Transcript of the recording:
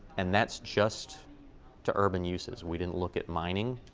and that's just to urban uses. we didn't look at mining.